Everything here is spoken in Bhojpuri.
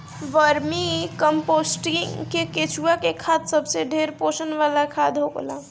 वर्मी कम्पोस्टिंग में केचुआ के खाद सबसे ढेर पोषण वाला खाद होला